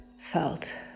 felt